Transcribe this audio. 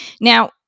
Now